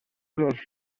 flors